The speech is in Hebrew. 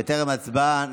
בטרם הצבעה,